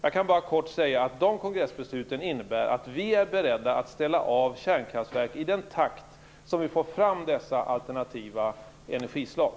Jag kan bara kort säga att våra kongressbeslut innebär att vi är beredda att ställa av kärnkraftverk i takt med att man får fram dessa alternativa energislag.